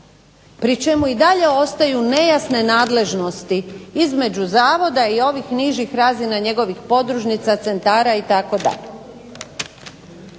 pri čemu i dalje ostaju nejasne nadležnosti između zavoda i ovih nižih razina njegovih podružnica centara itd.